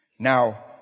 Now